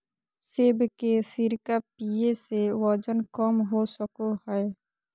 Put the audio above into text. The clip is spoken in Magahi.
सेब के सिरका पीये से वजन कम हो सको हय